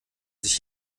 sich